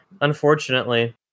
unfortunately